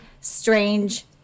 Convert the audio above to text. strange